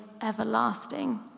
everlasting